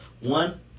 One